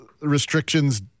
restrictions